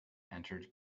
entered